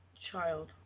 Child